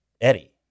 Eddie